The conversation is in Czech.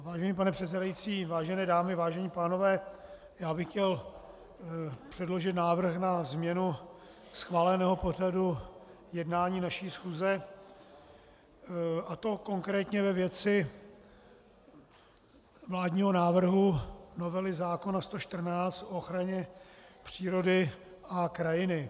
Vážený pane předsedající, vážené dámy, vážení pánové, já bych chtěl předložit návrh na změnu schváleného pořadu jednání naší schůze, a to konkrétně ve věci vládního návrhu novely zákona 114 o ochraně přírody a krajiny.